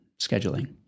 scheduling